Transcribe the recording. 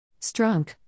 Strunk